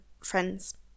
friends